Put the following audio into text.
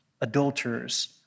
Adulterers